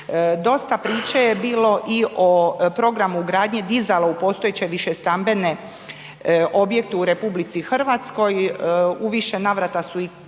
Dosta priče je bilo i o programu gradnje dizala u postojeće višestambene objekte u RH, u više navrata su i kolege